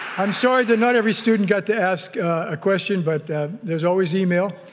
i'm sorry that not every student got to ask a question, but there's always email.